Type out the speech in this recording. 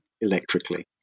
electrically